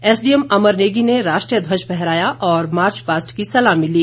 SDM Amar Negi ने राष्ट्रीय ध्वज फहराया और मार्च पास्ट की सलामी ली